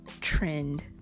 trend